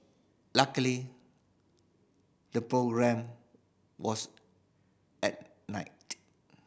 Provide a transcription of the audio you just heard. luckily the programme was at night